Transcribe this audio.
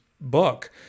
book